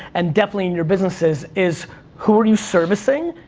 and definitely in your businesses, is who are you servicing,